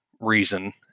reason